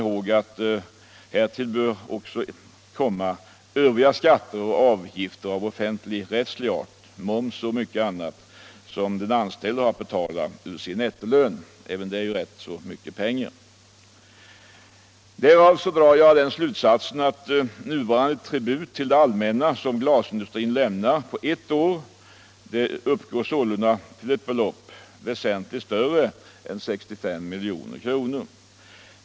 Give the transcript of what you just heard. Härtill kommer övriga skatter och avgifter av offentligrättslig art — moms och mycket annat — som den anställde har att betala ur sin nettolön. Även det är ju rätt mycket pengar. Nuvarande tribut till det allmänna som glasindustrin lämnar på ett år uppgår sålunda till ett belopp väsentligt större än 65 milj.kr.